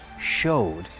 showed